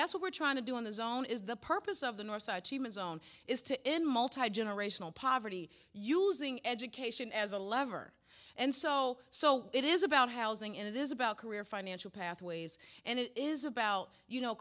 that's what we're trying to do on his own is the purpose of the north such humans own is to in multi generational poverty using education as a lever and so so it is about housing it is about career financial pathways and it is about you know